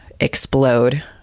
explode